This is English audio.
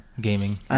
Gaming